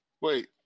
Wait